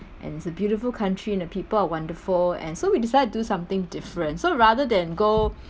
and it's a beautiful country and the people are wonderful and so we decided to do something different so rather than go